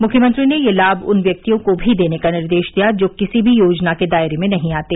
मुख्यमंत्री ने यह लाभ उन व्यक्तियों को भी देने का निर्देश दिया जो किसी भी योजना के दायरे में नहीं आते